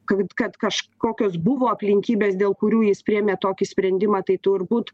kas kad kažkokios buvo aplinkybės dėl kurių jis priėmė tokį sprendimą tai turbūt